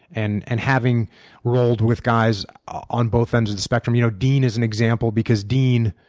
and and having rolled with guys on both ends of the spectrum, you know dean is an example because dean